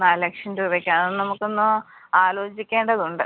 നാല് ലക്ഷം രൂപകെകെ നമുക്കൊന്ന് ആലോചിക്കേണ്ടതുണ്ട്